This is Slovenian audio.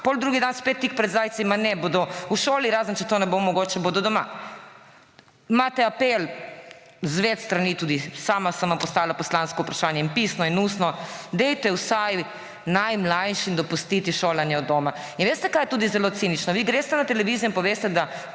drug dan tik pred zdajci, ne, bodo v šoli, razen če to ne bo mogoče bodo doma. Imate apel z več strani, tudi sama sem vam poslala poslansko vprašanje, pisno in ustno, dajte vsaj najmlajšim dopustiti šolanje od doma. In veste kaj je tudi zelo cinično? Vi greste na televizijo in poveste, da